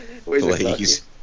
Please